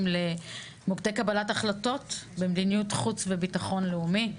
למוקדי קבלת החלטות במדיניות חוץ וביטחון לאומי,